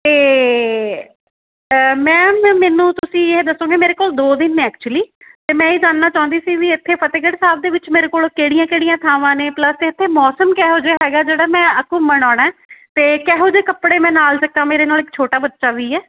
ਅਤੇ ਮੈਮ ਮੈਨੂੰ ਤੁਸੀਂ ਇਹ ਦੱਸੋਗੇ ਮੇਰੇ ਕੋਲ ਦੋ ਦਿਨ ਹੈ ਐਕਚੁਲੀ ਅਤੇ ਮੈਂ ਇਹ ਜਾਨਣਾ ਚਾਹੁੰਦੀ ਸੀ ਵੀ ਇੱਥੇ ਫਤਿਹਗੜ੍ਹ ਸਾਹਿਬ ਦੇ ਵਿੱਚ ਮੇਰੇ ਕੋਲ ਕਿਹੜੀਆਂ ਕਿਹੜੀਆਂ ਥਾਵਾਂ ਨੇ ਪਲੱਸ ਇੱਥੇ ਮੌਸਮ ਕਿਹੋ ਜਿਹੇ ਹੈਗਾ ਜਿਹੜਾ ਮੈਂ ਅ ਘੁੰਮਣ ਆਉਣਾ ਅਤੇ ਕਿਹੋ ਜਿਹੇ ਕੱਪੜੇ ਮੈਂ ਨਾਲ ਚੱਕਾ ਮੇਰੇ ਨਾਲ ਇੱਕ ਛੋਟਾ ਬੱਚਾ ਵੀ ਹੈ